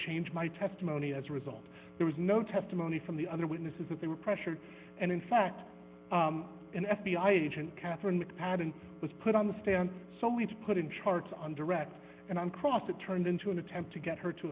change my testimony as a result there was no testimony from the other witnesses that they were pressured and in fact an f b i agent catherine patton was put on the stand so we put in charts on direct and on cross it turned into an attempt to get her to